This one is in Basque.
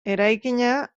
eraikina